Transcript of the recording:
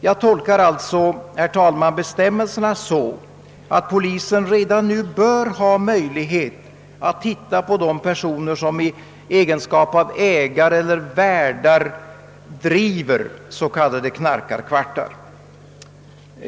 Jag tolkar, herr talman, bestämmelserna så, att polisen redan nu bör ha möjlighet att se närmare på de personer som i egenskap av ledare eller värdar driver s.k. knarkarkvartar.